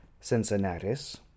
Cincinnatus